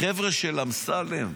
החבר'ה של אמסלם,